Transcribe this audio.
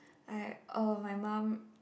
like oh my mum